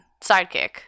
sidekick